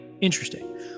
Interesting